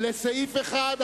לסעיף 1,